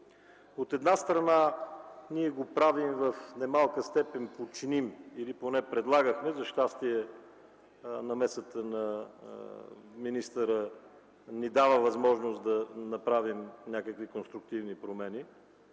От една страна, ние го правим в не малка степен подчиним или поне предлагахме – за щастие намесата на министъра ни даде възможност да направим някои конструктивни промени,